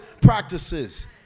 practices